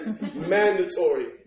Mandatory